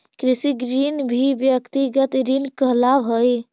कृषि ऋण भी व्यक्तिगत ऋण कहलावऽ हई